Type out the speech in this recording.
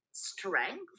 Strength